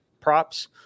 props